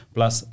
Plus